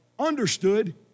understood